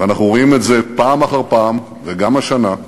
ואנחנו רואים את זה פעם אחר פעם, וגם השנה,